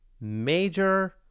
major